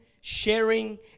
sharing